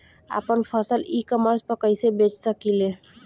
आपन फसल e commerce पर कईसे बेच सकिले?